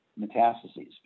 metastases